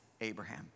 Abraham